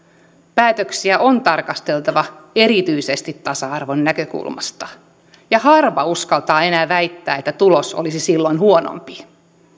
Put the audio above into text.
päätöksiä on tarkasteltava erityisesti tasa arvon näkökulmasta ja harva uskaltaa enää väittää että tulos olisi silloin huonompi